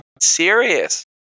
serious